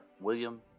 William